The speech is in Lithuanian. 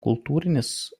kultūrinis